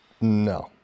No